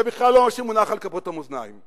זה בכלל לא מה שמונח על כפות המאזניים.